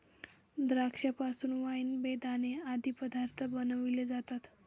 द्राक्षा पासून वाईन, बेदाणे आदी पदार्थ बनविले जातात